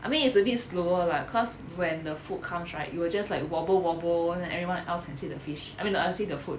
I mean it's a bit slower lah cause when the food comes right you will just like wobble wobble and then everyone else can see the fish I mean the err see the food